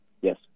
Yes